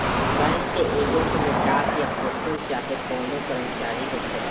bank के agent में डाक या पोस्टल चाहे कवनो कर्मचारी होखेला